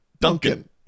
Duncan